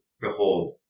behold